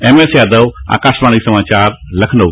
एमएसयादव आकाशवाणी समाचार लखनऊ